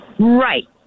Right